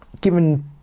given